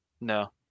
No